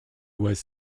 was